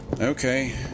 Okay